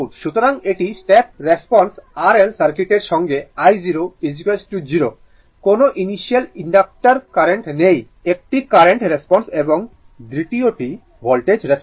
সুতরাং এটি step response R L সার্কিটের সঙ্গে i0 0 কোনো ইনিশিয়াল ইন্ডাক্টর কারেন্ট নেই একটি কারেন্ট রেসপন্স এবং দ্বিতীয়টি ভোল্টেজ রেসপন্স